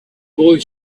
boy